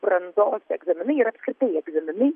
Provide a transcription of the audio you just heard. brandos egzaminai ir apskritai egzaminai